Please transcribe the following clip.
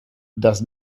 das